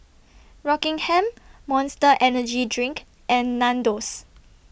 Rockingham Monster Energy Drink and Nandos